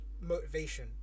motivation